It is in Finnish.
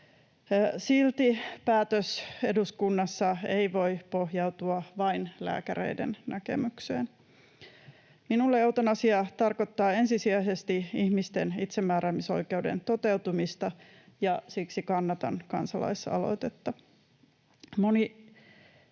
Silti päätös eduskunnassa ei voi pohjautua vain lääkäreiden näkemykseen. Minulle eutanasia tarkoittaa ensisijaisesti ihmisten itsemääräämisoikeuden toteutumista, ja siksi kannatan kansalaisaloitetta.